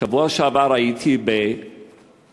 בשבוע שעבר הייתי בליסבון,